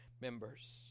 members